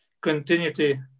continuity